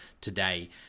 today